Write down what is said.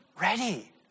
ready